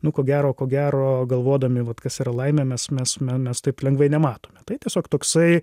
nu ko gero ko gero galvodami vat kas yra laimė mes mes me mes taip lengvai nematome tai tiesiog toksai